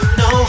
no